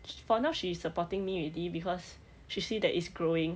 for now she is supporting me already because she see that it's growing